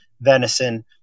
venison